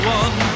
one